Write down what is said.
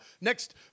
next